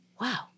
wow